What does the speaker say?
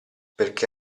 perché